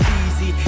easy